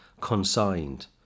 consigned